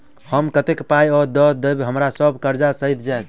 हम कतेक पाई आ दऽ देब तऽ हम्मर सब कर्जा सैध जाइत?